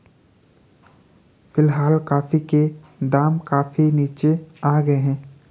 फिलहाल कॉफी के दाम काफी नीचे आ गए हैं